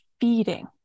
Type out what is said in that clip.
feeding